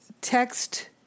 text